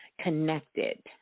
connected